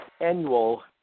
annual